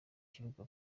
kibuga